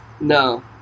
No